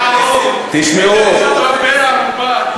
השארנו כאן בן-ערובה.